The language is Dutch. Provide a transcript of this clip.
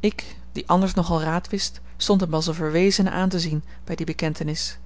ik die anders nog al raad wist stond hem als eene verwezene aan te zien bij die bekentenis